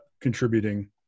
contributing